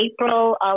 April